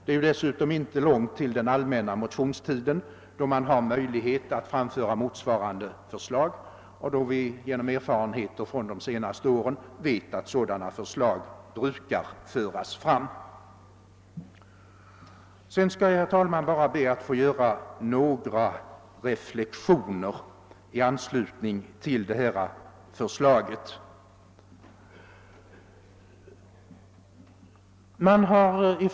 Det är ju dessutom inte långt till den allmänna motionstiden, då det finns möjlighet att framföra motsvarande förslag — och vi vet genom de senaste årens erfarenheter att sådana förslag också brukar framföras. Jag ber, herr talman, att få göra några reflexioner i anslutning till propositionen.